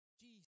Jesus